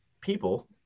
people